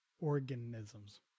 Organisms